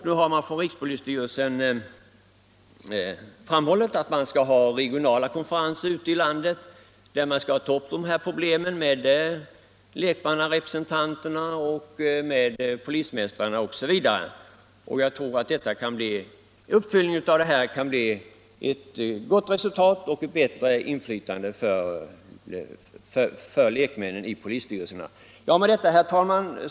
Nu har rikspo lisstyrelsen förklarat att regionala konferenser kommer att anordnas ute i landet där man skall ta upp problemen med lekmannarepresentanterna, med polismästarna osv. Jag tror att uppföljningen kan ge ett gott resultat och leda till ett bättre inflytande för lekmännen i polisstyrelserna. Herr talman!